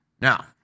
now